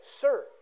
sir